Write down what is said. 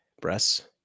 breasts